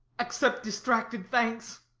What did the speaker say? accept distracted thanks.